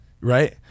right